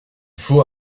faut